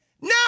Now